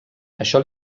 això